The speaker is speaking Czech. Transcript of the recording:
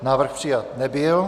Návrh přijat nebyl.